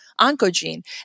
oncogene